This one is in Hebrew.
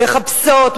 מכבסות,